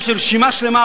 יש רשימה שלמה,